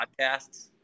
podcasts